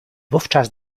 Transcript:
wówczas